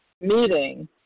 meeting